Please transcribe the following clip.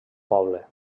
poble